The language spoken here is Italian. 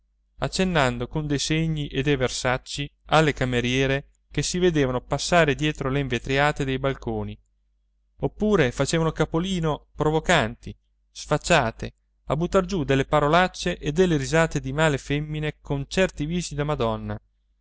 accennando con dei segni e dei versacci alle cameriere che si vedevano passare dietro le invetriate dei balconi oppure facevano capolino provocanti sfacciate a buttar giù delle parolacce e delle risate di male femmine con certi visi da madonna